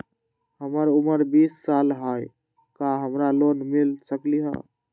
हमर उमर बीस साल हाय का हमरा लोन मिल सकली ह?